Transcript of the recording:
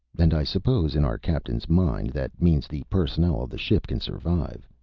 and i suppose, in our captain's mind, that means the personnel of the ship can survive.